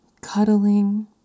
cuddling